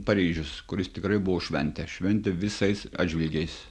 paryžius kuris tikrai buvo šventė šventė visais atžvilgiais